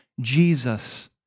Jesus